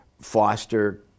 foster